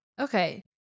Okay